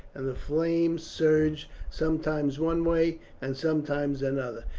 and the flames surge sometimes one way and sometimes another.